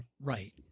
Right